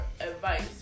advice